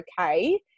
okay